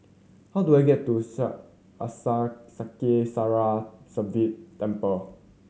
how do I get to Sri Sivan Temple